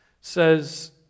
says